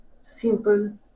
simple